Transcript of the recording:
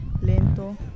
lento